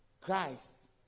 Christ